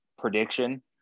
prediction